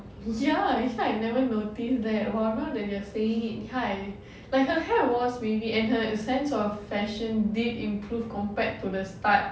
ya actually I never notice that !wah! now that you're saying it hi like her hair was wavy and her sense of fashion did improve compared to the start